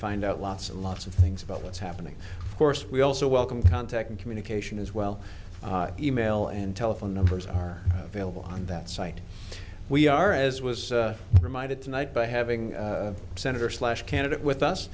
find out lots and lots of things about what's happening course we also welcome contact and communication as well e mail and telephone numbers are available on that site we are as was reminded tonight by having sen slash candidate with us